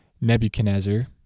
Nebuchadnezzar